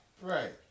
Right